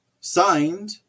Signed